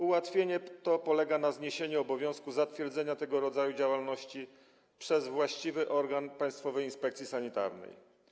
Ułatwienie to polega na zniesieniu obowiązku zatwierdzenia tego rodzaju działalności przez właściwy organ Państwowej Inspekcji Sanitarnej.